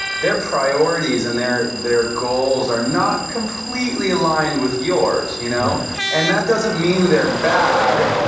their priorities and their their goals are not completely aligned with yours, you know and that doesn't mean they're bad.